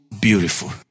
beautiful